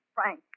Frank